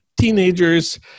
teenagers